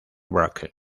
brooklyn